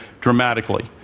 dramatically